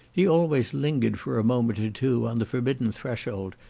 he always lingered for a moment or two on the forbidden threshold,